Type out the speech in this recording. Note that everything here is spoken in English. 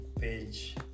page